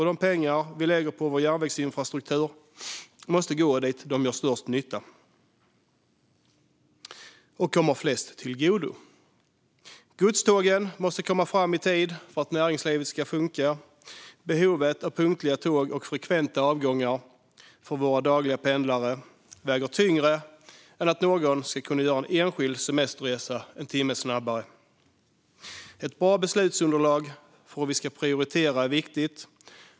De pengar vi lägger på vår järnvägsinfrastruktur måste gå dit de gör störst nytta och kommer flest till godo. Godstågen måste komma fram i tid för att näringslivet ska funka. Behovet av punktliga tåg och frekventa avgångar för våra dagliga pendlare väger tyngre än att någon ska kunna göra en enskild semesterresa en timme snabbare. Ett bra beslutsunderlag för hur vi ska prioritera är viktigt.